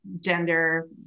gender